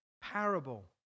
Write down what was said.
parable